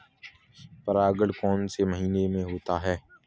परागण कौन से महीने में होता है?